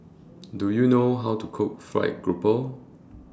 Do YOU know How to Cook Fried Grouper